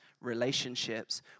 relationships